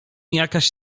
jakaś